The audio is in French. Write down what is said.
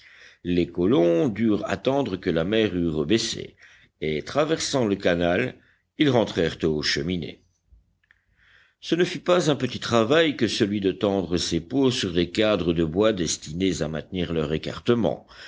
les colons durent attendre que la mer eût rebaissé et traversant le canal ils rentrèrent aux cheminées ce ne fut pas un petit travail que celui de tendre ces peaux sur des cadres de bois destinés à maintenir leur écartement